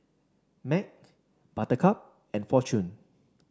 Mac Buttercup and Fortune